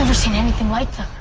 seen anything like them.